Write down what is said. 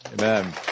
Amen